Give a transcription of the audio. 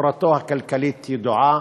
תורתו הכלכלית ידועה,